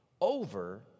over